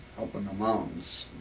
up in the mountains